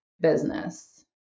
business